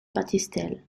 battistel